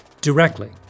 directly